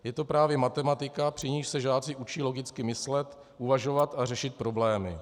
Je to právě matematika, při níž se žáci učí logicky myslet, uvažovat a řešit problémy.